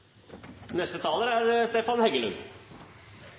Neste taler er